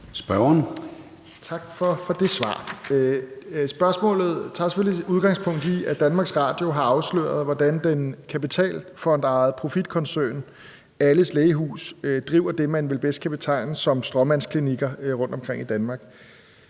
(EL): Tak for det svar. Spørgsmålet tager selvfølgelig udgangspunkt i, at Danmarks Radio har afsløret, hvordan den kapitalfondejede profitkoncern Alles Lægehus driver det, man vel bedst kan betegne som stråmandsklinikker rundtomkring i Danmark.